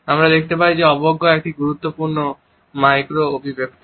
আমরা দেখতে পাই যে অবজ্ঞাও একটি গুরুত্বপূর্ণ মাইক্রো অভিব্যক্তি